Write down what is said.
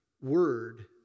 word